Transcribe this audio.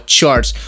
charts